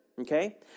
okay